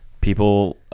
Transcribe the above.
people